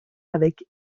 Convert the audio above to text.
avec